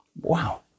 Wow